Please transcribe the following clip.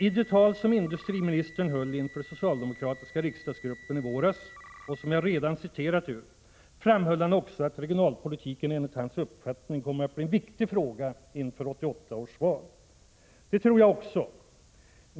I det tal som industriministern höll inför den socialdemokratiska riksdagsgruppen i våras och som jag redan citerat ur framhöll han också, att regionalpolitiken enligt hans uppfattning kommer att bli en viktig fråga inför 1988 års val. Det tror jag också.